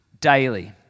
daily